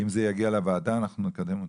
אם זה יגיע לוועדה אנחנו נקדם אותם.